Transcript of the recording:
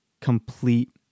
complete